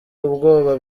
ubwoba